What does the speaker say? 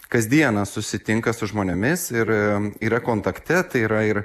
kasdieną susitinka su žmonėmis ir yra kontakte tai yra ir